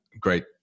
great